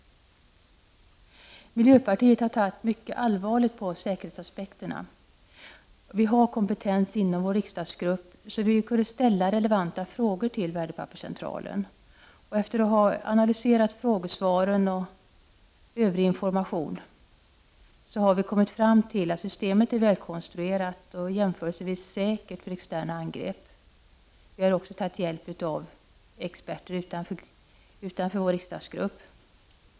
Miljöpartiet har tagit mycket allvarligt på säkerhetsaspekterna. Vi har sådan kompetens inom vår riksdagsgrupp att vi har kunnat ställa relevanta frågor till Värdepapperscentralen. Efter att ha analyserat frågesvaren och övrig information har vi kommit fram till att systemet är välkonstruerat och jämförelsevis säkert för externa angrepp. Vi har också tagit hjälp av experter utanför vår riksdagsgrupp.